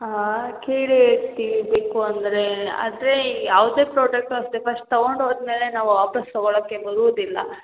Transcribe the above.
ಹಾಂ ಕೇಳಿ ತಿಳಿಬೇಕು ಅಂದರೆ ಅದೇ ಯಾವುದೇ ಪ್ರಾಡಕ್ಟ್ ಅಷ್ಟೆ ಫಸ್ಟ್ ತಗೊಂಡು ಹೋದಮೇಲೆ ನಾವು ವಾಪಾಸ್ ತಗೋಳಕ್ಕೆ ಬರುವುದಿಲ್ಲ